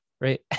right